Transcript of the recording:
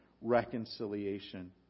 reconciliation